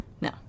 No